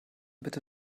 bitte